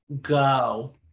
go